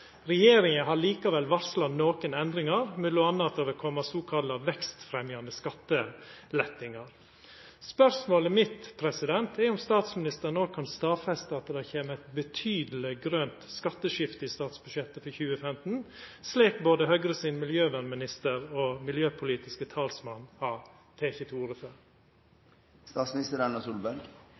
Regjeringa har likevel varsla nokre endringar, m.a. at det vil koma såkalla vekstfremjande skatteletter. Spørsmålet mitt er om statsministeren no kan stadfesta at det kjem eit betydeleg grønt skatteskifte i statsbudsjettet for 2015, slik både Høgre sin miljøvernminister og miljøpolitiske talsmann har teke til